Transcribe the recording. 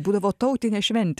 būdavo tautinė šventė